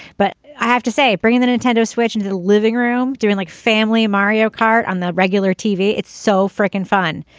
but i have to say bringing the nintendo switch into the living room during like family mario kart on a regular tv it's so frickin fun.